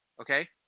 Okay